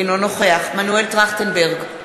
אינו נוכח מנואל טרכטנברג,